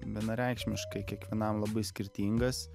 vienareikšmiškai kiekvienam labai skirtingas